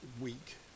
week